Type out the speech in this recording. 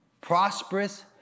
prosperous